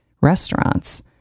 restaurants